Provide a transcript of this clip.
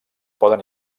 poden